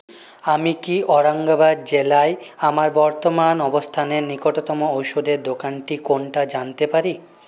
আমি কি ঔরঙ্গাবাদ জেলায় আমার বর্তমান অবস্থানের নিকটতম ওষুধের দোকানটি কোনটা জানতে পারি